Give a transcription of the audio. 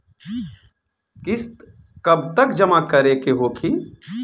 किस्त कब तक जमा करें के होखी?